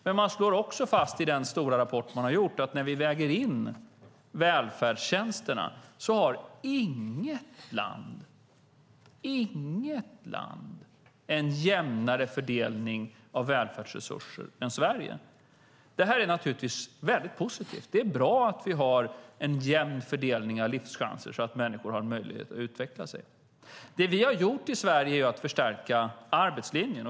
Men man slår också fast i den stora rapport man har gjort att när vi väger in välfärdstjänsterna har inget land en jämnare fördelning av välfärdsresurser än Sverige. Detta är naturligtvis väldigt positivt. Det är bra att vi har en jämn fördelning av livschanser så att människor har en möjlighet att utveckla sig. Det vi har gjort i Sverige är att förstärka arbetslinjen.